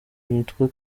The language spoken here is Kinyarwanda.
yitwa